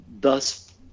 thus